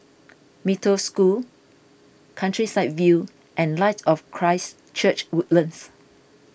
Mee Toh School Countryside View and Light of Christ Church Woodlands